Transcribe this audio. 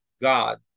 God